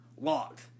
locked